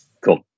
cool